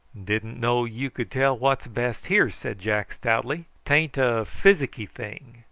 didn't know you could tell what's best here, said jack stoutly. tain't a physicky thing.